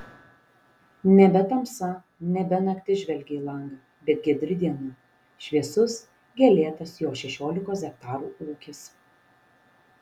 nebe tamsa nebe naktis žvelgė į langą bet giedri diena šviesus gėlėtas jo šešiolikos hektarų ūkis